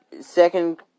second